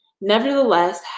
nevertheless